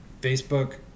Facebook